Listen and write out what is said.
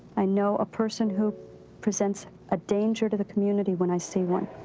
i know a person who presents a danger to the community when i see one.